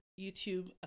YouTube